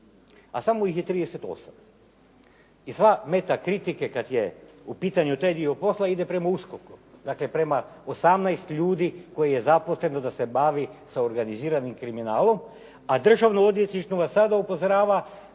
a samo ih je 38 i sva meta kritike kada je u pitanju taj dio posla ide prema USKOK-u. Dakle, prema 18 ljudi koji je zaposleno da se bavi sa organiziranim kriminalom, a Državno odvjetništvo vas sada upozorava